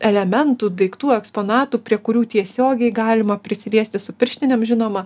elementų daiktų eksponatų prie kurių tiesiogiai galima prisiliesti su pirštinėm žinoma